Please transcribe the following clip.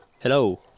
Hello